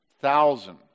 thousand